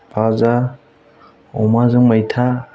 भाजा अमाजों मैथा